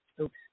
oops